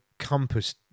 Compass